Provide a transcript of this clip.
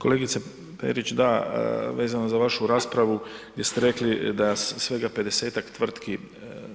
Kolegice Perić da, vezano za vašu raspravu gdje ste rekli da svega 50.-tak tvrtki